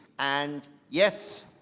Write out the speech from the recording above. and yes,